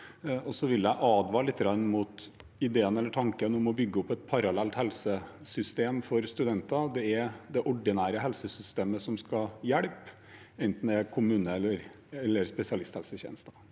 Jeg vil advare lite grann mot tanken om å bygge opp et parallelt helsesystem for studenter. Det er det ordinære helsesystemet som skal hjelpe, enten det er kommune- eller spesialisthelsetjenesten.